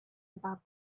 about